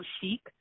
Chic